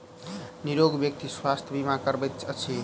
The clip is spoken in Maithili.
निरोग व्यक्ति स्वास्थ्य बीमा करबैत अछि